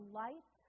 light